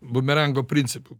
bumerango principu